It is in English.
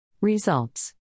Results